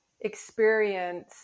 experience